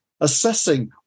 assessing